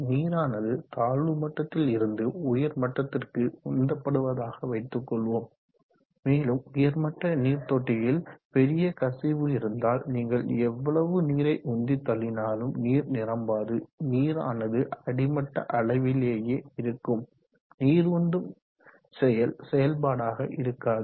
நீரானது தாழ்வு மட்டத்தில் இருந்து உயர் மட்டத்திற்கு உந்தப்படுவதாக வைத்து கொள்வோம் மேலும் உயர் மட்ட நீர் தொட்டியில் பெரிய கசிவு இருந்தால் நீங்கள் எவ்வளவு நீரை உந்தி தள்ளினாலும் நீர் நிரம்பாது நீரானது அடிமட்ட அளவிலேயே இருக்கும் நீர் உந்தும் செயல் செயல்பாடாக இருக்காது